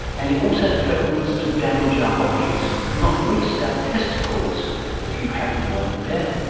and it also threatens to damage our bodies, not least our testicles if you happen to own a pair.